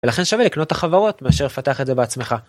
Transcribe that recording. ולכן שווה לקנות את החברות מאשר לפתח את זה בעצמך.